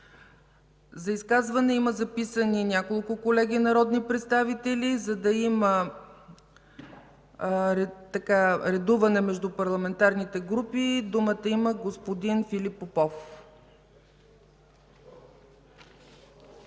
За изказване има записани няколко колеги народни представители. За да има редуване между парламентарните групи, думата има господин Филип Попов.